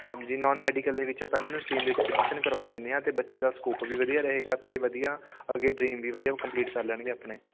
ਹਾਂਜੀ non medical ਦੇ ਵਿੱਚ ਆਪਾਂ ਇਹਨਾਂ ਨੂੰ ਸਟਰੀਮ ਦੇ ਵਿੱਚ ਐਡਮਿਸ਼ਨ ਕਰਵਾ ਦਿੰਦੇ ਹਾਂ ਅਤੇ ਬੱਚੇ ਦਾ ਸਕੋਪ ਵੀ ਵਧੀਆ ਰਹੇਗਾ ਅਤੇ ਵਧੀਆ ਅੱਗੇ ਡਰੀਮ ਵੀ ਵਧੀਆ ਕੰਪਲੀਟ ਕਰ ਲੈਣਗੇ ਆਪਣੇ